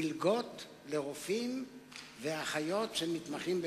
מלגות לרופאים ואחיות שמתמחים בגריאטריה.